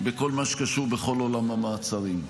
בכל מה שקשור בכל עולם המעצרים,